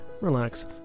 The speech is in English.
relax